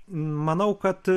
manau kad